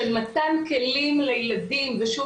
של מתן כלים לילדים ושוב,